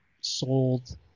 sold